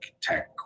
tech